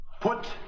put